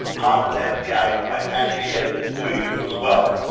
um and nancy, i am i am happy to get this to you as well.